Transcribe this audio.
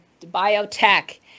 biotech